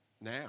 now